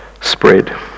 spread